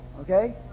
Okay